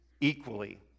equally